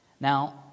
Now